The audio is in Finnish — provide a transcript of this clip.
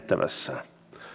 tehtävässään